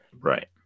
right